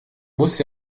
muss